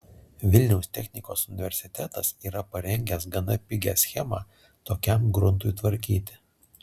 vilniaus technikos universitetas yra parengęs gana pigią schemą tokiam gruntui tvarkyti